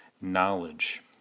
knowledge